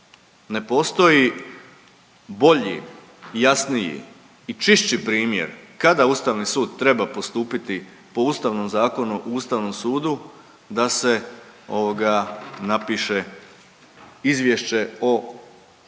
Ne postoji bolji, jasniji i čišći primjer kada Ustavni sud treba postupiti po Ustavnom zakonu u Ustavnom sudu da se ovoga, napiše izvješće o uočenim